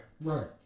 right